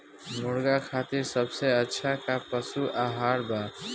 मुर्गा खातिर सबसे अच्छा का पशु आहार बा?